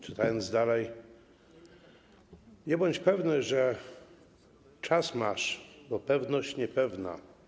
Czytam dalej: nie bądź pewny, że czas masz, bo pewność niepewna.